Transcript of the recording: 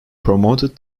promoted